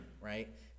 right